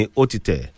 otite